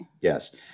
Yes